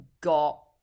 got